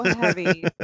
heavy